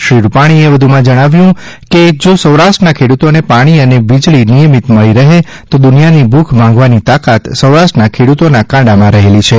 શ્રી રૂપાણીએ વધુમાં જણાવ્યું છે કે જા સૌરાષ્ટ્રના ખેડૂતોને પાણી અને વીજળી નિયમિત મળી રહે તો દુનિયાની ભૂખ ભાંગવાની તાકાત સૌરાષ્ટ્રના ખેડૂતોના કાંડામાં છે